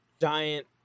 giant